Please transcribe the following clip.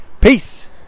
Peace